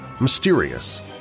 mysterious